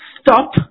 stop